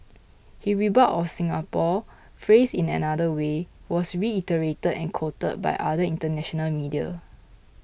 his rebuke of Singapore phrased in another way was reiterated and quoted by other international media